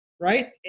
Right